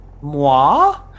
Moi